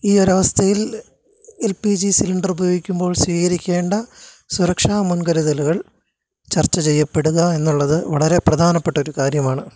ഈയൊരവസ്ഥയിൽ P G cylinder ഉപയോഗിക്കുമ്പോൾ സ്വീകരിക്കേണ്ട സുരക്ഷതാ മുൻകരുതലുകൾ ചർച്ച ചെയ്യപ്പെടുക എന്നുള്ളത് വളരെ പ്രധാനപ്പെട്ടൊരു കാര്യമാണ്